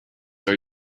are